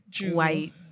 white